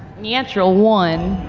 natural one!